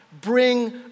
bring